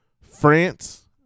France